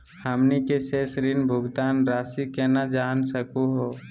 हमनी के शेष ऋण भुगतान रासी केना जान सकू हो?